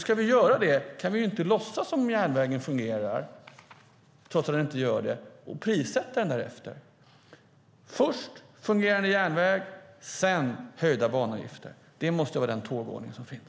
Ska vi göra det kan vi inte låtsas som om järnvägen fungerar, trots att den inte gör det, och prissätta den därefter. Först en fungerande järnväg, sedan höjda banavgifter - det måste vara tågordningen.